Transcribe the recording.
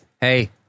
hey